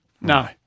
no